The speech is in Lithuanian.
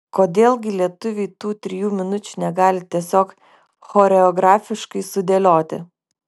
kodėl gi lietuviai tų trijų minučių negali tiesiog choreografiškai sudėlioti